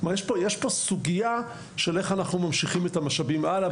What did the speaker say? יש פה סוגייה לגבי איך אנחנו ממשיכים את המשאבים הלאה,